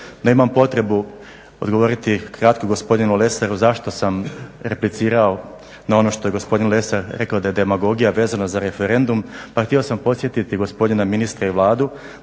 Nemam potrebu odgovoriti kratko gospodinu Lesaru zašto sam replicirao na ono što je gospodin Lesar rekao da je demagogija vezano za referendum. Pa htio sam podsjetiti gospodina ministra i Vladu